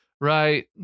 Right